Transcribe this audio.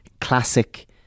classic